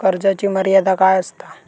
कर्जाची मर्यादा काय असता?